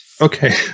Okay